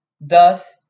thus